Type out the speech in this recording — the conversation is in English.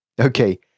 Okay